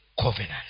covenant